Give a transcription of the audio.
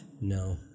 No